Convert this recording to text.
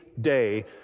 day